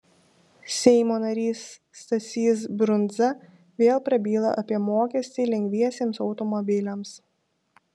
seimo narys stasys brundza vėl prabyla apie mokestį lengviesiems automobiliams